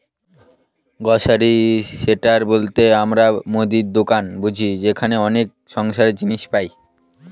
grocery store বলতে আমরা মুদির দোকান বুঝি যেখানে অনেক সংসারের জিনিস পাই